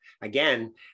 again